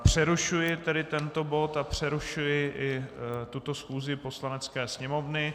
Přerušuji tedy tento bod a přerušuji i tuto schůzi Poslanecké sněmovny.